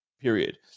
period